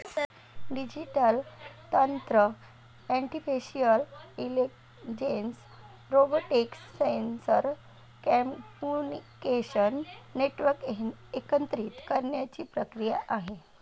digital तंत्र artificial intelligence, robotics, sensor, communication network एकत्रित करण्याची प्रक्रिया आहे